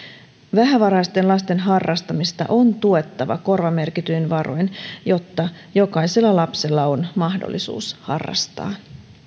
vähävaraisten lasten harrastamista on tuettava korvamerkityin varoin jotta jokaisella lapsella on mahdollisuus harrastaa